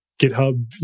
GitHub